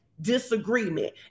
Disagreement